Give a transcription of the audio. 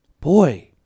boy